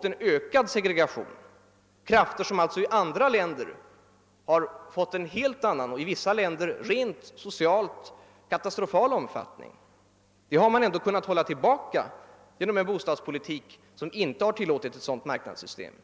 till en ökad segregation — krafter som i andra länder har fått helt annat spelrum och t.o.m. haft en socialt sett rent katastrofal inverkan. Detta har man i Sverige kunnat förhindra genom en bostadspolitik som inte tillåtit ett sådant marknadssystem.